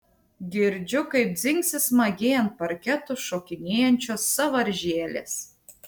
girdžiu kaip dzingsi smagiai ant parketo šokinėjančios sąvaržėlės